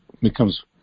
becomes